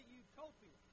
utopia